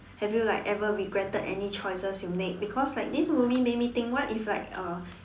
have you like ever regretted any choices you made because like this movie made me think what if like uh